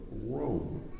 Rome